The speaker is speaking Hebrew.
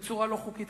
כמובן בצורה לא חוקית.